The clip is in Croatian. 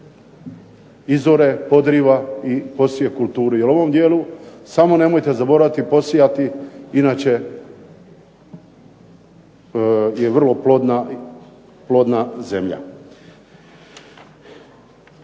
izore, podriva i posije kulturu. Jer u ovom dijelu samo nemojte zaboraviti posijati inače je vrlo plodna zemlja.